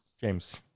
James